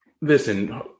Listen